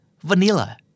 vanilla